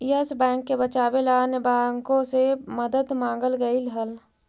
yes Bank के बचावे ला अन्य बाँकों से मदद मांगल गईल हल